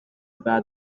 about